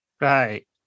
Right